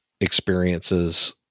experiences